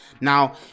now